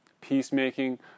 peacemaking